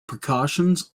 precautions